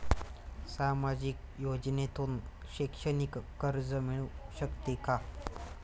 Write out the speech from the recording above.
सामाजिक योजनेतून शैक्षणिक कर्ज मिळू शकते का?